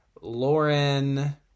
lauren